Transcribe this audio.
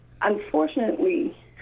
unfortunately